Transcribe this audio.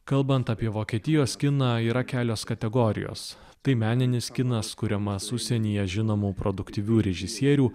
kalbant apie vokietijos kiną yra kelios kategorijos tai meninis kinas kuriamas užsienyje žinomų produktyvių režisierių